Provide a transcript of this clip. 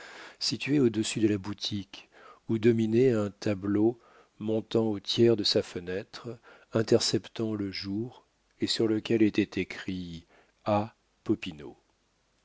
situé au-dessus de la boutique où dominait un tableau montant au tiers de sa fenêtre interceptant le jour et sur lequel était écrit a